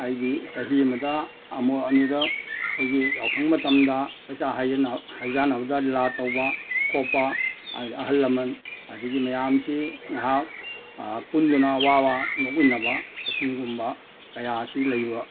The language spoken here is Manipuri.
ꯑꯩꯒꯤ ꯆꯍꯤ ꯑꯃꯗ ꯑꯃꯨꯛ ꯑꯅꯤꯔꯛ ꯑꯩꯈꯣꯏꯒꯤ ꯌꯥꯎꯁꯪ ꯃꯇꯝꯗ ꯆꯥꯛꯆꯥ ꯍꯩꯖꯥꯅꯕꯗ ꯂꯤꯂꯥ ꯇꯧꯕ ꯈꯣꯠꯄ ꯍꯥꯏꯗꯤ ꯑꯍꯜ ꯂꯃꯟ ꯑꯗꯒꯤ ꯃꯌꯥꯝꯁꯤ ꯉꯥꯏꯍꯥꯛ ꯄꯨꯟꯗꯅ ꯋꯥ ꯋꯥ ꯅꯣꯛꯃꯤꯟꯅꯕ ꯑꯁꯤꯒꯨꯝꯕ ꯀꯌꯥ ꯑꯁꯤ ꯂꯩꯕ